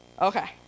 Okay